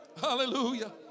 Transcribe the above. hallelujah